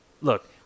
look